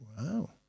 Wow